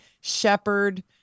shepherd